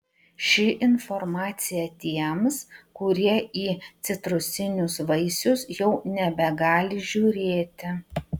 ši informacija tiems kurie į citrusinius vaisius jau nebegali žiūrėti